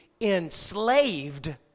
enslaved